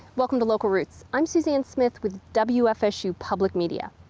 welcome to local routes, i'm suzanne smith with wfsu public media.